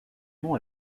nom